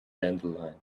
dandelion